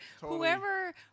whoever